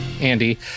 Andy